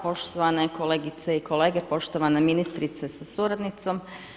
Poštovane kolegice i kolege, poštovana ministrice sa suradnicom.